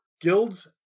Guilds